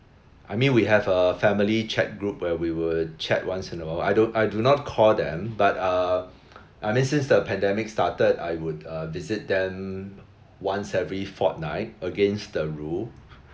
I mean we have a family chat group where we will chat once in a while I do I do not call them but uh I mean since the pandemic started I would uh visit them once every fortnight against the rule